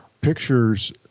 pictures